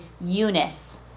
eunice